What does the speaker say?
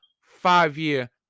five-year